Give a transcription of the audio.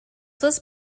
was